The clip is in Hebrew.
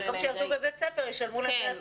במקום שיעבדו בבית ספר ישלמו להם דמי אבטלה.